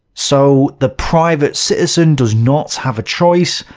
so, the private citizen does not have a choice,